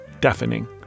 deafening